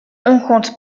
compte